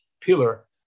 pillar